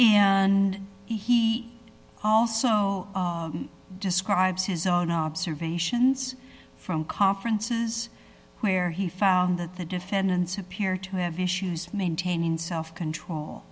and he also describes his own observations from conferences where he found that the defendants appear to have issues maintaining self control